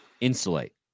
insulate